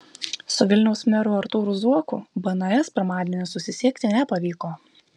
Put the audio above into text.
su vilniaus meru artūru zuoku bns pirmadienį susisiekti nepavyko